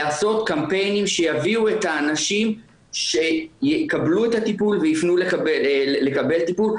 לעשות קמפיינים שיביאו את האנשים שיקבלו את הטיפול ויפנו לקבל טיפול,